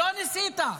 לא ניסית.